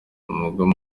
umugore